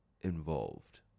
involved